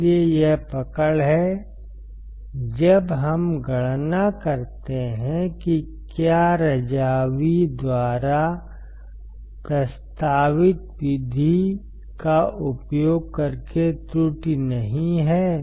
इसलिए यह पकड़ है जब हम गणना करते हैं कि क्या रज़ावी द्वारा प्रस्तावित विधि का उपयोग करके त्रुटि नहीं है